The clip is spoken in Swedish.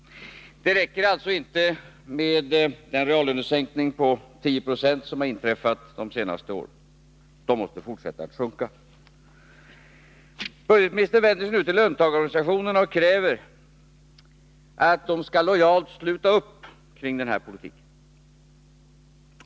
Det räcker alltså inte med reallönesänkningen på 10 96 under de senaste åren — reallönerna måste fortsätta att sjunka. Budgetministern vänder sig nu till löntagarorganisationerna och kräver att de lojalt skall sluta upp kring den här politiken.